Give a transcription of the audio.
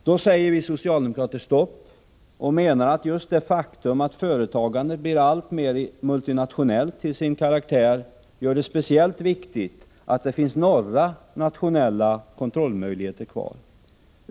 Då säger vi socialdemokrater stopp och menar att just det faktum att företagandet blir alltmer multinationellt till sin karaktär gör det speciellt viktigt att det finns några nationella kontrollmöjligheter kvar.